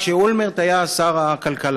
כשאולמרט היה שר הכלכלה,